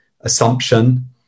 assumption